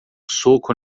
soco